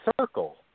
circle